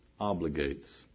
obligates